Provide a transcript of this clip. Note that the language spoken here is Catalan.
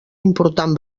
important